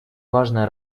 важная